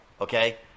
okay